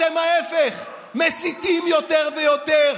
אתם ההפך, מסיתים יותר ויותר,